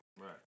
right